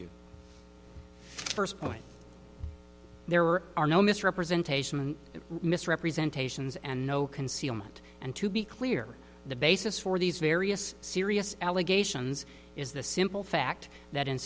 you first point there are are no misrepresentation misrepresentations and no concealment and to be clear the basis for these various serious allegations is the simple fact that in